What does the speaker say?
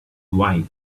wii